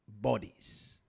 bodies